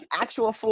actual